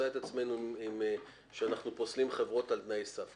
את עצמנו שאנחנו פוסלים חברות על תנאי סף.